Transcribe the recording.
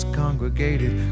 congregated